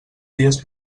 dies